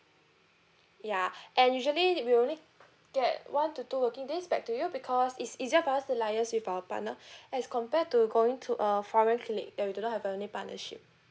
ya and usually we only get one to two working days back to you because it's easier for us to liaise with our partner as compared to going to a foreign clinic that we do not have any partnership